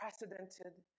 unprecedented